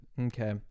Okay